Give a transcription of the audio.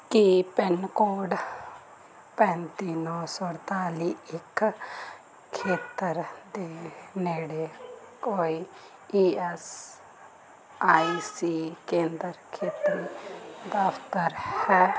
ਕੀ pin code ਪੈਂਤੀ ਨੌ ਸੌ ਅਠਤਾਲੀ ਇੱਕ ਖੇਤਰ ਦੇ ਨੇੜੇ ਕੋਈ ਈ ਐੱਸ ਆਈ ਸੀ ਕੇਂਦਰ ਖੇਤਰੀ ਦਫ਼ਤਰ ਹੈ